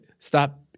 Stop